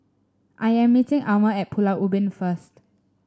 I am meeting Almer at Pulau Ubin first